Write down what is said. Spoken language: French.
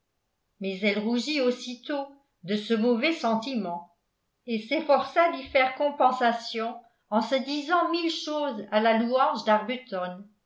mais elle rougit aussitôt de ce mauvais sentiment et s'efforça d'y faire compensation en se disant mille choses à la louange